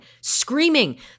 screaming